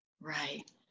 Right